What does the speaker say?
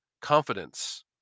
Confidence